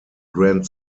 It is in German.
grand